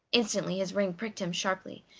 instantly his ring pricked him sharply,